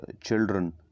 children